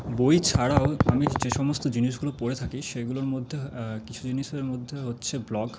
বই ছাড়াও আমি যে সমস্ত জিনিসগুলো পড়ে থাকি সেগুলোর মধ্যে কিছু জিনিসের মধ্যে হচ্ছে ব্লগ